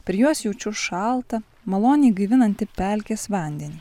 per juos jaučiu šaltą maloniai gaivinantį pelkės vandenį